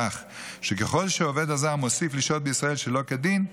כך שככל שהעובד הזר מוסיף לשהות בישראל שלא כדין,